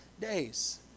days